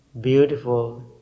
beautiful